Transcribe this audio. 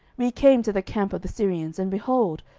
we came to the camp of the syrians, and, behold,